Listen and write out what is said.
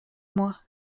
moi